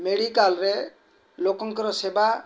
ମେଡ଼ିକାଲ୍ରେ ଲୋକଙ୍କର ସେବା